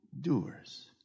doers